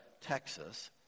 Texas